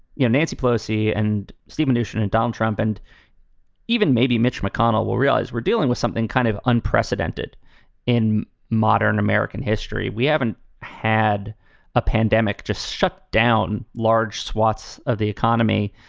you know, nancy pelosi and stephen nation and donald trump and even maybe mitch mcconnell will realize we're dealing with something kind of unprecedented in modern american history we haven't had a pandemic just shut down large swaths of the economy.